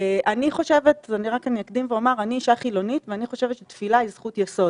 רק אקדים ואומר: אני אישה חילונית ואני חושבת שתפילה היא זכות יסוד